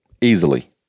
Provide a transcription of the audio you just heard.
Easily